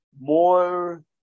more